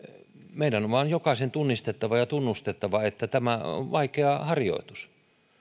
meidän on vain jokaisen tunnistettava ja tunnustettava että tämä on vaikea harjoitus